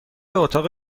اتاق